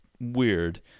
weird